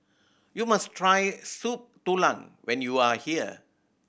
you must try Soup Tulang when you are here